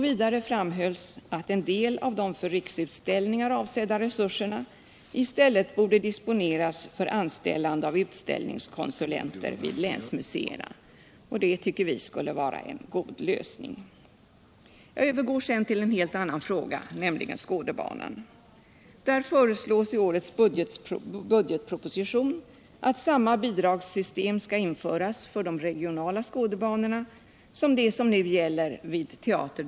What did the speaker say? Vidare framhölls att en del av de för Riksutställningar avsedda resurserna i stället borde disponeras för anställande av utställningskonsulenter vid länsmuseerna. Det tycker vi skulle vara en god lösning. Jag övergår sedan till en helt annan fråga, nämligen anslaget till Skådebanan. Där föreslås i årets budgetproposition att samma bidragssystem skall införas för de regionala skådebanorna som det som nu gäller vid teater-.